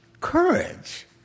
courage